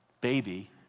baby